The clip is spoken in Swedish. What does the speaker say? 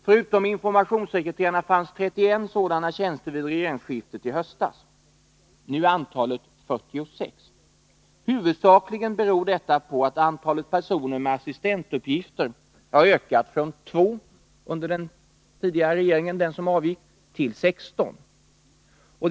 Förutom informationssekreterarna fanns 31 sådana tjänster vid regeringsskiftet i höstas. Nu är antalet 46. Huvudsakligen beror detta på att antalet personer med assistentuppgifter har ökat från 2 under den tidigare regeringens tid till 16 nu.